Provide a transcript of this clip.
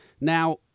Now